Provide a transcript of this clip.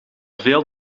veel